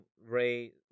Ray